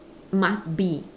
must be